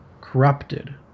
corrupted